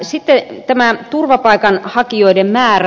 sitten tämä turvapaikanhakijoiden määrä